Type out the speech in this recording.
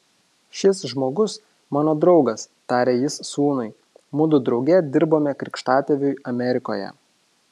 šis žmogus mano draugas tarė jis sūnui mudu drauge dirbome krikštatėviui amerikoje